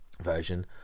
version